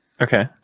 Okay